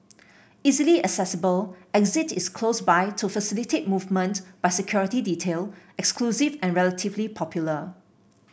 easily accessible exit is close by to facilitate movement by security detail exclusive and relatively popular